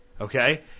Okay